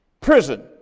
Prison